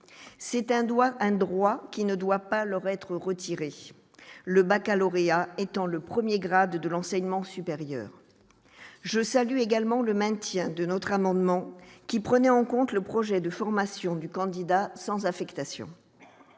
droit, un droit qui ne doit pas leur être retirée le Baccalauréat étant le 1er grade de l'enseignement supérieur, je salue également le maintien de notre amendement qui prenait en compte le projet de formation du candidat sans affectation,